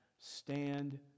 Stand